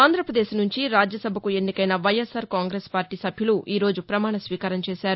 ఆంధ్రప్రదేశ్ నుంచి రాజ్యసభకు ఎన్నికైన వైఎస్సార్ కాంగ్రెస్ పార్టీ సభ్యులు ఈ రోజు ప్రమాణ స్వీకారం చేశారు